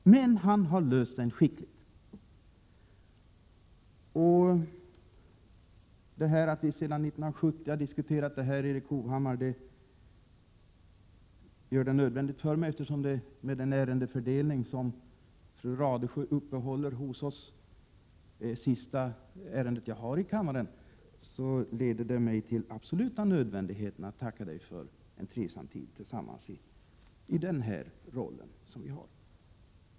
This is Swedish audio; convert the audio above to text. Men han har löst den skickligt. Det faktum att vi sedan 1970 har diskuterat de här frågorna gör det absolut nödvändigt för mig — eftersom detta med den ärendefördelning som fru Radesjö uppehåller hos oss är det sista ärende jag har i kammaren —att tacka Erik Hovhammar för en trivsam tid tillsammans i de roller vi haft.